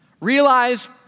realize